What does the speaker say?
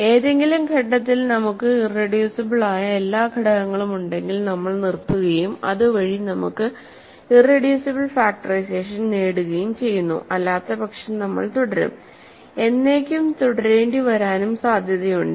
ഏതെങ്കിലും ഘട്ടത്തിൽ നമുക്ക് ഇറെഡ്യൂസിബിൾ ആയ എല്ലാ ഘടകങ്ങളും ഉണ്ടെങ്കിൽനമ്മൾ നിർത്തുകയും അതുവഴി നമുക്ക് ഇറെഡ്യൂസിബിൾ ഫാക്ടറൈസേഷൻ നേടുകയും ചെയ്യുന്നു അല്ലാത്തപക്ഷം നമ്മൾ തുടരും എന്നേക്കും തുടരേണ്ടിവരാനും സാധ്യതയുണ്ട്